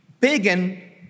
pagan